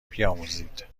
بیاموزید